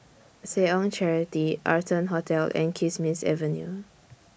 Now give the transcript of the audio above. Seh Ong Charity Arton Hotel and Kismis Avenue